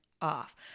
off